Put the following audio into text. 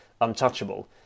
untouchable